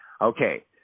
Okay